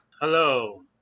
Hello